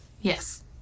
yes